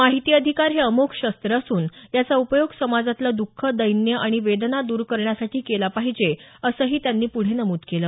माहिती अधिकार हे अमोघ शस्त्र असून याचा उपयोग समाजातलं द्ख दैन्य आणि वेदना द्र करण्यासाठी केला पाहिजे असंही त्यांनी पुढे नमूद केलं